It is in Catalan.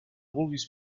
vulguis